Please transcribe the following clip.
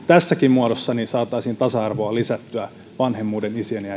tässäkin muodossa saataisiin tasa arvoa lisättyä vanhempien isien ja